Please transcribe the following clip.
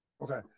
Okay